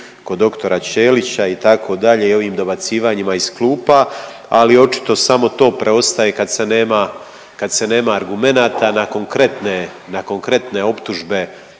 kod doktora Ćelića itd. i ovim dobacivanjima iz kluba. Ali očito samo to preostaje kad se nema argumenata na konkretne optužbe